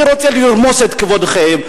אני רוצה לרמוס את כבודכם.